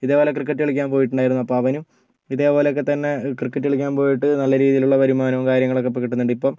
ഇതേപോലെ ക്രിക്കറ്റ് കളിക്കാൻ പോയിട്ടുണ്ടായിരുന്നു അപ്പം അവനും ഇതേപോലെ ഒക്കെ തന്നെ ക്രിക്കറ്റ് കളിക്കാൻ പോയിട്ട് നല്ല രീതിയിലുള്ള വരുമാനവും കാര്യങ്ങളൊക്കെ ഇപ്പം കിട്ടുന്നുണ്ട് ഇപ്പം